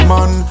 Man